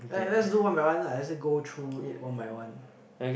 let's let's do one by one ah let's go through it one by one